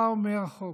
מה אומר החוק?